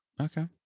Okay